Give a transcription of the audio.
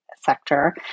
sector